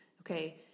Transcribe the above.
okay